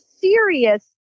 serious